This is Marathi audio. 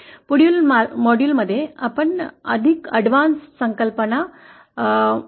पुढील मॉड्यूलमध्ये आपण अधिक प्रगत संकल्पना पुढील माहितीवर पाहू